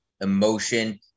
emotion